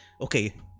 okay